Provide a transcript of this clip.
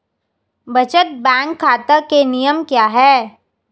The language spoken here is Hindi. बचत बैंक खाता के नियम क्या हैं?